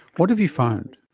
what have you found?